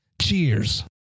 Cheers